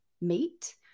meet